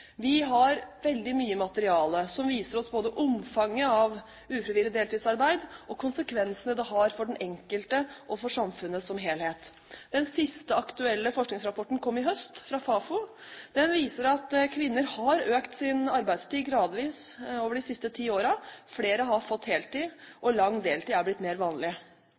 Vi har veldig mye materiale som viser oss både omfanget av ufrivillig deltidsarbeid og konsekvensene det har for den enkelte og for samfunnet som helhet. Den siste aktuelle forskningsrapporten kom i høst, fra Fafo. Den viser at kvinner har økt sin arbeidstid gradvis over de siste ti årene. Flere har fått heltid, og lang deltid er blitt mer vanlig.